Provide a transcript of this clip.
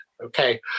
Okay